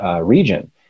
region